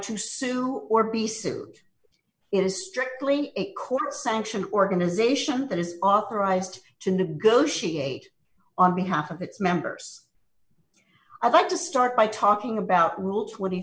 to sue or be sued it is strictly a court sanctioned organization that is authorized to negotiate on behalf of its members i'd like to start by talking about rule twenty